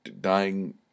dying